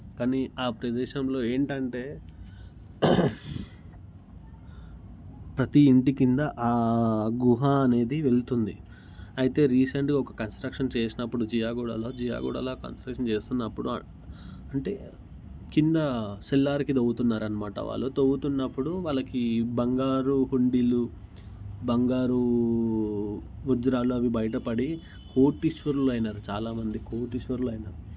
కానీ ఆ ప్రదేశంలో ఏంటంటే ప్రతి ఇంటి కింద ఆ గుహ అనేది వెళ్తుంది అయితే రీసెంట్గా ఒక కన్స్ట్రక్షన్ చేసినప్పుడు జియాగూడలో జియాగూడలో ఆ కన్స్ట్రక్షన్ చేస్తున్నప్పుడు ఆడ అంటే కింద సెల్లార్ కింద పోతున్నారు అన్నమాట వాళ్ళు తవ్వుతున్నప్పుడు వాళ్ళకి బంగారు హుండీలు బంగారు వజ్రాలు అవి బయటపడి కోటీశ్వరులు అయినారు చాలామంది కోటీశ్వరులు అయినారు